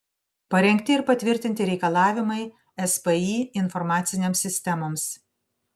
parengti ir patvirtinti reikalavimai spį informacinėms sistemoms